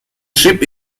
ship